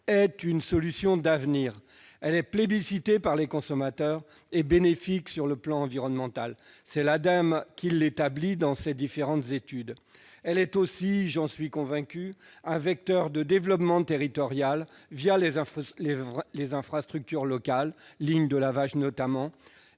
est une solution d'avenir. Elle est plébiscitée par les consommateurs et bénéfique sur le plan environnemental. C'est l'Ademe qui le dit dans ses différentes études. Elle est aussi, j'en suis convaincu, un vecteur de développement territorial, via les infrastructures locales- lignes de lavage, notamment